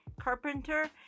carpenter